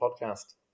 podcast